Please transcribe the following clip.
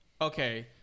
Okay